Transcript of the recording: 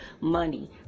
money